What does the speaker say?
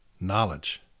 Knowledge